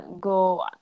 go